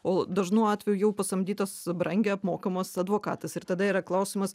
o dažnu atveju jau pasamdytas brangiai apmokamas advokatas ir tada yra klausimas